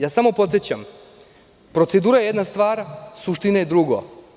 Ja samo podsećam, procedura je jedna stvar, suština je drugo.